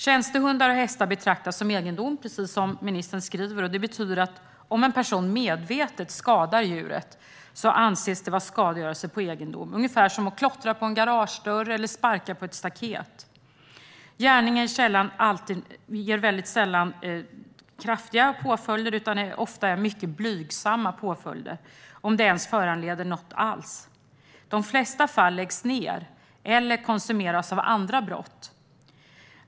Tjänstehundar och tjänstehästar betraktas som egendom, precis som ministern säger i svaret. Det betyder att om en person medvetet skadar djuret anses det vara skadegörelse på egendom, ungefär som att klottra på en garagedörr eller sparka på ett staket. Gärningen ger väldigt sällan kraftiga påföljder utan ofta mycket blygsamma påföljder, om den alls föranleder någon påföljd. De flesta fall läggs ned eller konsumeras av andra brott.